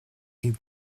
ils